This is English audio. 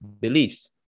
beliefs